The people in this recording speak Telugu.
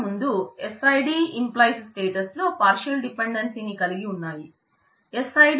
మరియు పార్షల్ డిపెండెన్సీ ని కలిగి లేదు